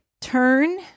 turn